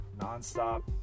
non-stop